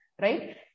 right